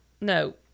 No